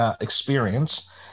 Experience